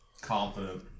confident